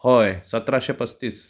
होय सत्राशे पस्तीस